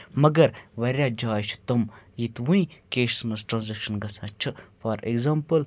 مگر واریاہ جاے چھِ تِم ییٚتہِ وٕنۍ کیشَس منٛز ٹرانزیکشَن گژھان چھِ فار ایٚگزامپٕل